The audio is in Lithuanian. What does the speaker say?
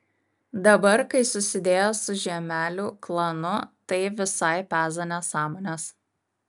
dabar kai susidėjo su žiemelių klanu tai visai peza nesąmones